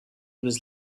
was